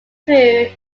through